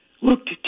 looked